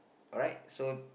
alright so